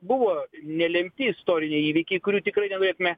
buvo nelemti istoriniai įvykiai kurių tikrai nenorėtume